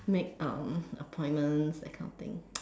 make um appointments that kind of thing